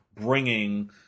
bringing